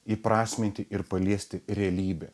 įprasminti ir paliesti realybę